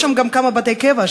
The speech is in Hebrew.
יש שם גם כמה בתי קבע,